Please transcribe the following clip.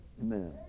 Amen